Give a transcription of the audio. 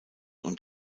und